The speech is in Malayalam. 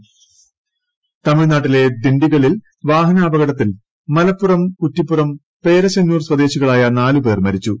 അപകടം തമിഴ്നാട്ടിലെ ദിണ്ടിഗലിൽ വാഹനാപകടത്തിൽ മലപ്പുറം കുറ്റിപ്പുറം പേരശ്ശന്നൂർ സ്വദേശികളായ നാലുപ്പേർ മരിച്ചു